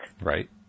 Right